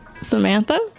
Samantha